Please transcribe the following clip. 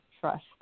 trust